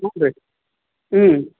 ಹ್ಞೂ ರೀ ಹ್ಞೂ